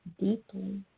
deeply